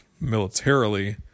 militarily